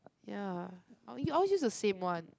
ya but we all use the same one